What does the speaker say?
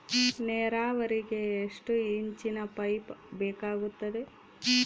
ನೇರಾವರಿಗೆ ಎಷ್ಟು ಇಂಚಿನ ಪೈಪ್ ಬೇಕಾಗುತ್ತದೆ?